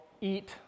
eat